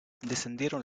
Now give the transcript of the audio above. descendieron